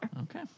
Okay